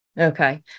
okay